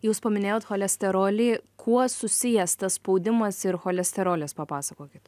jūs paminėjot cholesterolį kuo susijęs tas spaudimas ir cholesterolis papasakokit